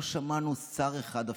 לא שמענו שר אחד אפילו,